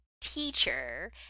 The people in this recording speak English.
teacher